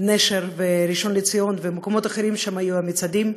נשר, ראשון לציון ומקומות אחרים שבהם היו המצעדים,